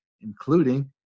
including